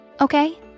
okay